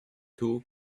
two